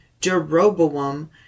Jeroboam